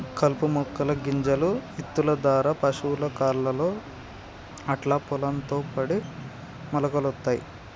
కలుపు మొక్కల గింజలు ఇత్తుల దారా పశువుల కాళ్లతో అట్లా పొలం లో పడి మొలకలొత్తయ్